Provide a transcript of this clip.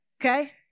Okay